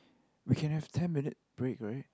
we can have ten minute break right